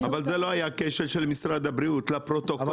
אבל זה לא היה כשל של משרד הבריאות, לפרוטוקול.